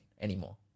anymore